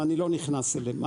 אני לא נכנס אליהם,